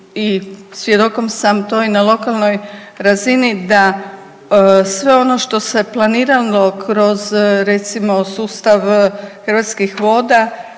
i, svjedokom sam to i na lokalnoj razini da, sve ono što se planiralo kroz recimo sustav Hrvatskih voda